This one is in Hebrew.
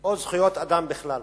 או זכויות אדם בכלל,